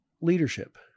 leadership